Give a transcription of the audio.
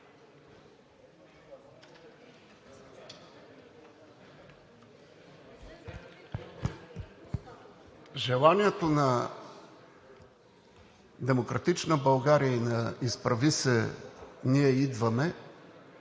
Желанието на „Демократична България“ и на „Изправи се БГ! Ние идваме!“